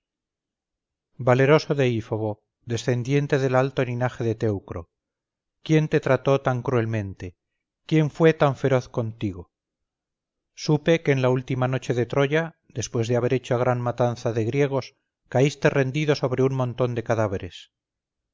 conocido acento valeroso deífobo descendiente del alto linaje de teucro quién te trató tan cruelmente quién fue tan feroz contigo supe que en la última noche de troya después de haber hecho gran matanza de griegos caíste rendido sobre un montón de cadáveres